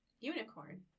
unicorn